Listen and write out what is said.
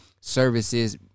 services